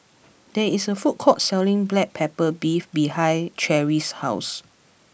there is a food court selling Black Pepper Beef behind Cherry's house